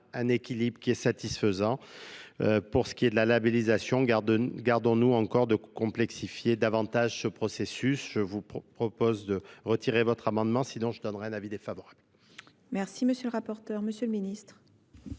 un équilibre qui est satisfaisant. Pour ce qui est de la labellisation, gardons nous encore de complexifier davantage ce processus? Je vous propose de retirer votre amendement, sinon je donnerai un avis défavorable, merci M. le rapporteur, M. le ministre.